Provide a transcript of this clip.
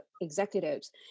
executives